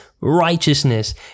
righteousness